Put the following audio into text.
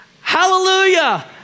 hallelujah